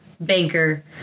banker